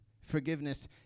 Forgiveness